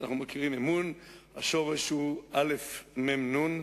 השורש הוא אמ"ן,